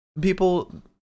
People